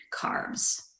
carbs